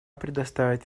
предоставить